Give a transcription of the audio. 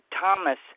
Thomas